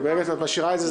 ברגע שאת משאירה את זה,